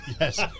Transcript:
yes